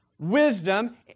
wisdom